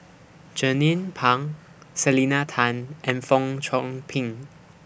Jernnine Pang Selena Tan and Fong Chong Pik